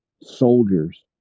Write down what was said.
soldiers